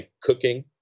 Cooking